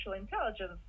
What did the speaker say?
intelligence